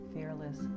Fearless